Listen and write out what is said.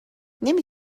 نمی